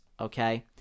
okay